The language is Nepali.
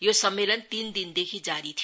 यो सम्मेलन तीन तिन दिनदेखि जारी थियो